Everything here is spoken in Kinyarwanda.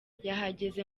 yahageze